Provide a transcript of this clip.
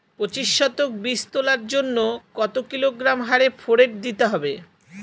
পঁচিশ শতক বীজ তলার জন্য কত কিলোগ্রাম হারে ফোরেট দিতে হবে?